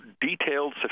detailed